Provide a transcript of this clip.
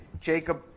Jacob